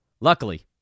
Luckily